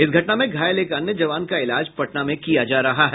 इस घटना में घायल एक अन्य जवान का इलाज पटना में किया जा रहा है